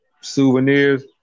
souvenirs